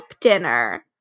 dinner